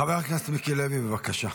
חבר הכנסת מיקי לוי, בבקשה.